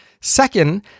Second